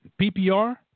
PPR